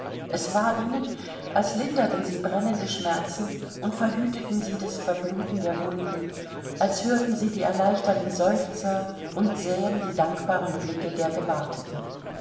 es war ihnen als linderten sie brennende schmerzen und verhüteten sie das verbluten der wunden als hörten sie die erleichterten seufzer und sähen die dankbaren blicke der gewarteten